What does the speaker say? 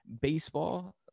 baseball